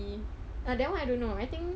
ah that [one] I don't know I think